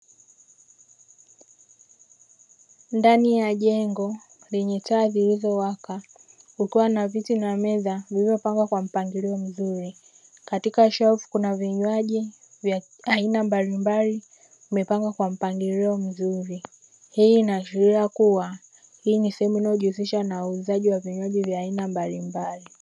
Ndani ya jengo lenye taa zilizowaka, kukiwa na viti na meza zilizopangwa kwenye mpangilio mzuri. Ndani ya shelfu kuna vinywaji vilivyo katika mpangilio mzuri, hii inaashiria kuwa hii ni sehemu inayojihusisha na uuzaji wa vinywaji mbalimbali.